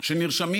שנרשמים